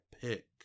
pick